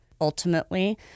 Ultimately